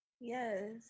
Yes